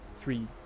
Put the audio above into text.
three